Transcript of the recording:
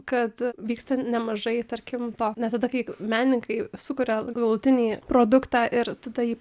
kad vyksta nemažai tarkim to net tada kai menininkai sukuria galutinį produktą ir tada jį